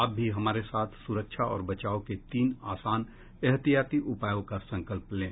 आप भी हमारे साथ सुरक्षा और बचाव के तीन आसान एहतियाती उपायों का संकल्प लें